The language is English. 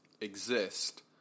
exist